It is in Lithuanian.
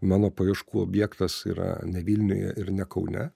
mano paieškų objektas yra ne vilniuje ir ne kaune